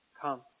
comes